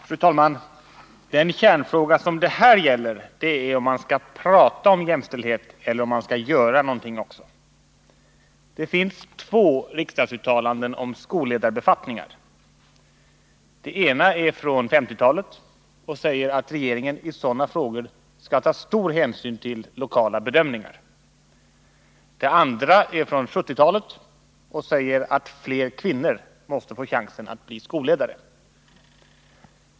Fru talman! Den kärnfråga som det här gäller är om man bara skall prata om jämställdhet eller om man också skall göra någonting. Det finns två riksdagsuttalanden om skolledarbefattningar. Det ena är från 1950-talet och säger att regeringen i sådana frågor skall ta stor hänsyn till lokala bedömningar. Det andra är från 1970-talet och säger att fler kvinnor måste få chansen att bli skolledare.